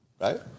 right